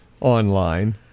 Online